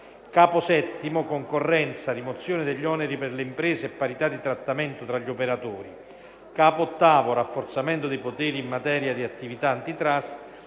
Capo VII concorrenza, rimozione degli oneri per le imprese e parità di trattamento tra gli operatori; Capo VIII rafforzamento dei poteri in materia di attività *antitrust;*